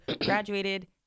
graduated